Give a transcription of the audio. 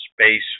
space